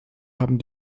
haben